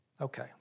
Okay